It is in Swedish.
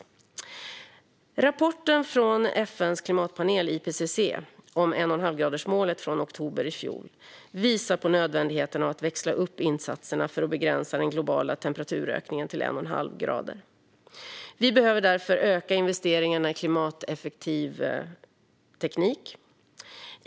Rapporten från FN:s klimatpanel, IPCC, om 1,5-gradersmålet från oktober i fjol visar på nödvändigheten av att växla upp insatserna för att begränsa den globala temperaturökningen till en och en halv grad. Vi behöver därför öka investeringarna i klimateffektiv teknik.